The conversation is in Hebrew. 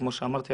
כמו שאמרתי,